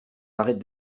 arrête